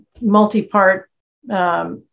multi-part